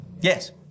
Yes